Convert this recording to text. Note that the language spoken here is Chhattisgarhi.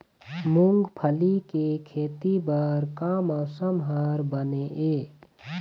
मूंगफली के खेती बर का मौसम हर बने ये?